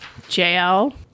Jl